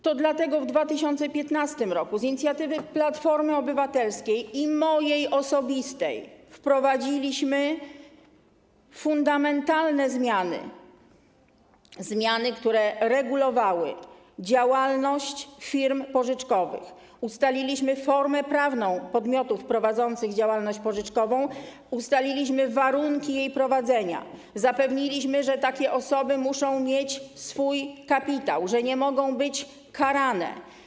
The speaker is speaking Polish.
To dlatego w 2015 r. z inicjatywy Platformy Obywatelskiej i mojej osobistej wprowadziliśmy fundamentalne zmiany, zmiany, które regulowały działalność firm pożyczkowych, ustaliliśmy formę prawną podmiotów prowadzących działalność pożyczkową, ustaliliśmy warunki jej prowadzenia, zapewniliśmy, że takie osoby muszą mieć swój kapitał, że nie mogą być karane.